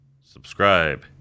Subscribe